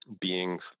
beings